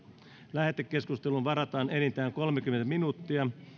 lähetekeskusteluun varataan enintään kolmekymmentä minuuttia